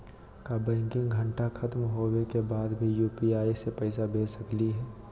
का बैंकिंग घंटा खत्म होवे के बाद भी यू.पी.आई से पैसा भेज सकली हे?